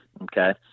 Okay